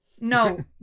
No